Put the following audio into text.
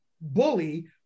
bully